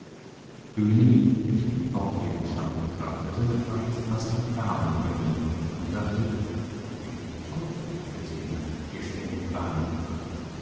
böhni welcher ihn fortwährend scharf betrachtete war jetzt fast im klaren über ihn und dachte den teufel fährt der in einem vierspännigen wagen